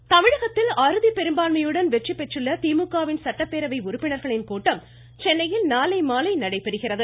கூட்டம் தமிழகத்தில் அறுதி பெரும்பான்மையுடன் வெற்றிபெற்றுள்ள திமுக வின் சட்டப்பேரவை உறுப்பினர்களின் கூட்டம் சென்னையில் நாளைமாலை நடைபெறுகிறது